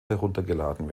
heruntergeladen